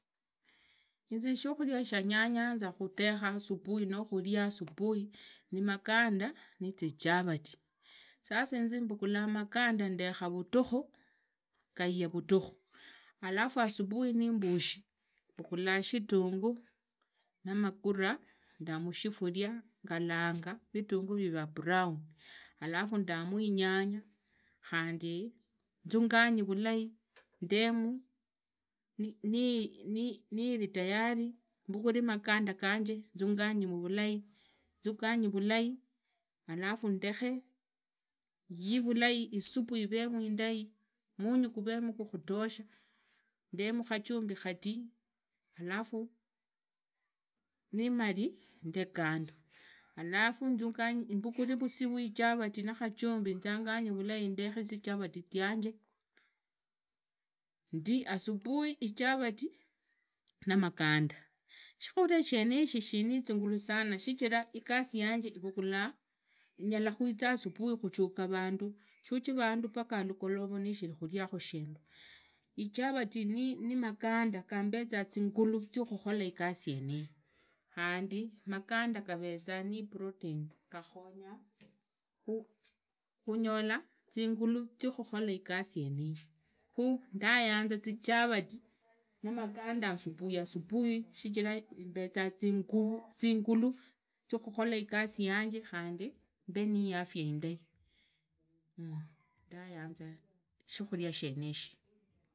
Inze shukhuria shandayanza khuthekha. no khuria subui ni maganda nizichavati. sasa inze mbugulanga magandu andekha vudhukhu gaiya vudhukha. alafu asubui nimbushi. mbugula shitungu namagura nda mushifuria ngavanga vitunguru vivaa brown alafu ndamu inyanya khandi nzuganye vulai ndemu nirifayari. mbugule maganda ganje nzuganye mu vulai. alafu ndekhe iyi vulai isubu ivemu indai munyu guvemu gwa kutosha. ndemu. khajumbi khati alafu nimari nde kando alafu mbuguvee vusi vwa vyabati nakhujumbi njanyange vulai ndekhe shivarati chanje ndi asubui ichavati namaganda. shikhuria shenishi shinnishingulu sana shichira. igasi yanje irugulaa. unyalakhuza subui khushuka vandu ushukhe vandu paka alugovola nukhirikhariakhu shindu. ichavati na maganda gambezanga zingulu zikhukhola igasi yeniyi. khandi maganda gareza niprotein. gakhonga khunyola zingulu zia khukhola igasi yeniyi khua ndayanza zicharati namaganda asubui asubui shichira mbeza zingulu zingulu ziakhulkola igasi yanje khandi mbe niafaa indai month ndayanza shikhuria shenishi.